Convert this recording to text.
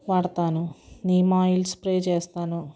వాడుతాను neem oil spray చేస్తాను